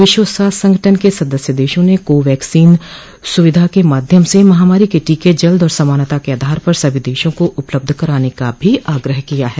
विश्व स्वास्थ्य संगठन के सदस्य देशों ने को वैक्सोन सूविधा के माध्यम से महामारी के टीके जल्द और समानता के आधार पर सभी देशों को उपलब्ध कराने का भी आग्रह किया है